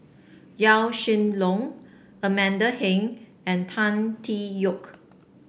Yaw Shin Leong Amanda Heng and Tan Tee Yoke